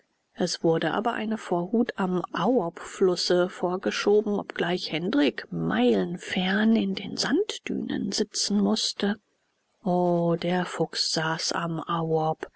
es wurde aber eine vorhut am auobflusse vorgeschoben obgleich hendrik meilenfern in den sanddünen sitzen mußte o der fuchs saß am